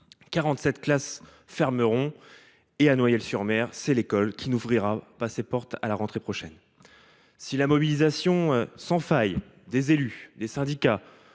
47 classes fermeront ; à Noyelles sur Mer, c’est l’école qui n’ouvrira pas ses portes à la rentrée prochaine. Si la mobilisation sans faille des élus, des syndicats,